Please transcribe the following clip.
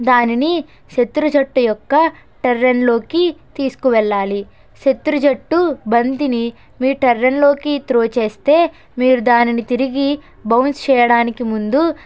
దానిని శత్రు జట్టు యొక్క టెరెన్లోకి తీసుకువెళ్లాలి శత్రు జట్టు బంతిని మీ టెరెన్లోకి త్రో చేస్తే మీరు దానిని తిరిగి బౌన్స్ చేయడానికి ముందు